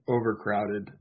overcrowded